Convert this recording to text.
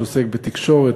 שעוסק בתקשורת,